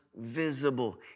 visible